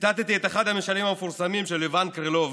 ציטטתי את אחד המשלים המפורסמים של איוואן קרילוב,